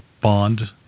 bond